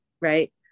right